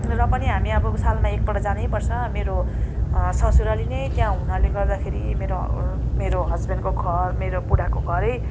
र पनि हामी अब सालमा एक पल्ट जानै पर्छ मेरो ससुराली नै त्यहाँ हुनाले गर्दाखेरि मेरो ह हस्बेन्डको घर मेरो बुढाको घरै